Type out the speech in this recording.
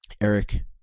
Eric